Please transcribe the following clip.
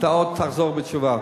אתה עוד תחזור בתשובה.